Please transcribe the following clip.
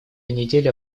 неделя